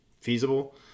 feasible